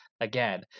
Again